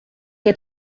que